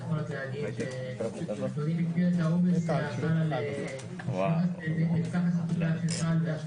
אני יכול --- אדוני מכיר את העומס --- של משרדי הממשלה.